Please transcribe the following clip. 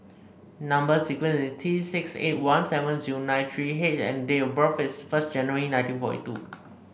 number sequence is T six eight one seven zero nine three H and date of birth is first January nineteen forty two